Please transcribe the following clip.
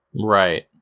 Right